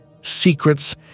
secrets